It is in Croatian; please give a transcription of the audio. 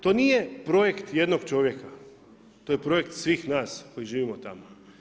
To nije projekt jednog čovjeka, to je projekt svih nas koji živimo tamo.